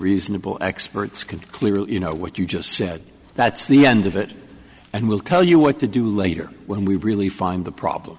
reasonable experts can clearly you know what you just said that's the end of it and we'll tell you what to do later when we really find the problem